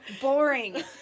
boring